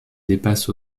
dépasse